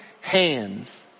hands